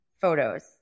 photos